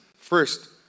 First